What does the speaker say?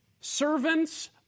servants